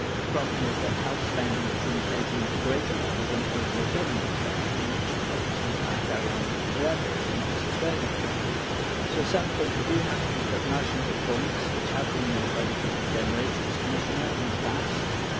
the problem is that health spending is inflating at a greater level than overall government spending, which, obviously, can't carry on forever it's not sustainable. so, at some point, we do have to be cognisant of points that have been made by the future generations commissioner in the past,